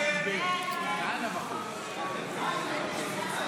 לסעיף 08 בדבר